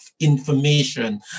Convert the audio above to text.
information